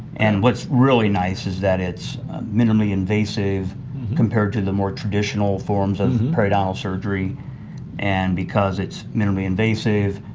and what's really nice is that it's minimally invasive compared to the more traditional forms of periodontal surgery and because it's minimally invasive,